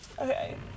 Okay